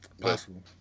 Possible